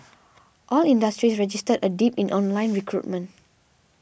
all industries registered a dip in online recruitment